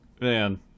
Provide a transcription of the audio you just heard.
man